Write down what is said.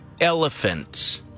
elephants